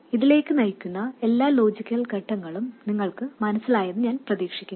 ഇതിലേക്ക് നയിക്കുന്ന എല്ലാ ലോജിക്കൽ ഘട്ടങ്ങളും നിങ്ങൾക്ക് മനസ്സിലായെന്ന് ഞാൻ പ്രതീക്ഷിക്കുന്നു